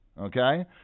Okay